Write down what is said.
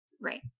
Right